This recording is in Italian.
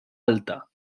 alta